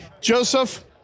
Joseph